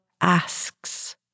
asks